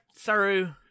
Saru